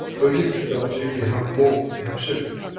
with this technology we have moved, we have shifted.